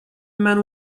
man